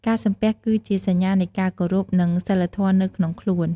ការសំពះគឺជាសញ្ញានៃការគោរព និងសីលធម៌នៅក្នុងខ្លួន។